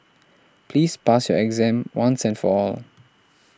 please pass your exam once and for all